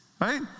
right